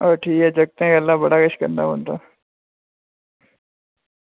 हां जागतें गल्ला बड़ा किश करना पौंदा